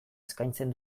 eskaitzen